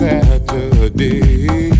Saturday